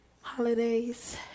holidays